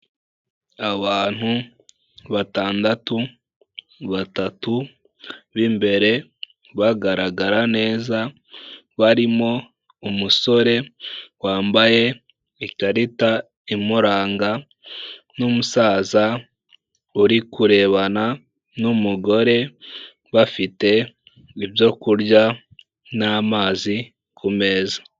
Abantu batandatu, batatu b'imbere bagaragara neza, barimo umusore wambaye ikarita imuranga n'umusaza uri kurebana n'umugore, bafite ibyo kurya n'amazi ku meza.